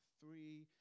three